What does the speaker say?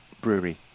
Brewery